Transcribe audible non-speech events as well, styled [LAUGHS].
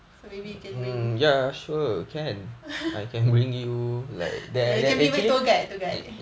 so maybe you can bring me [LAUGHS] you can be my tour guide tour guide